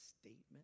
statement